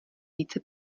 více